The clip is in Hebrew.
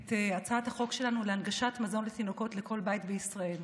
את הצעת החוק שלנו להנגשת מזון לתינוקות לכל בית בישראל.